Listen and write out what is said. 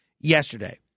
yesterday